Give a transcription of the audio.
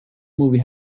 movie